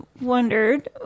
wondered